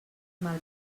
mal